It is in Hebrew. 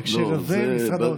בהקשר הזה, משרד האוצר.